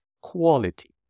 quality